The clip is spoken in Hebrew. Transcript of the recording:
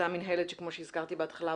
אותה מינהלת שכמו שהזכרתי בהתחלה,